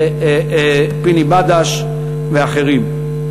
פיני בדש ואחרים.